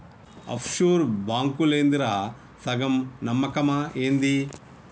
half sure బాంకులేందిరా, సగం నమ్మకమా ఏంది